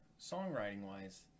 songwriting-wise